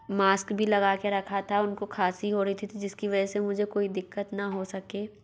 mask भी लगा के रखा था उनको खांसी हो रई थी तो जिसकी वजह से मुझे कोई दिक्कत ना हो सके